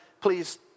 please